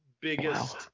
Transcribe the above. biggest